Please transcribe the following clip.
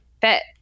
fit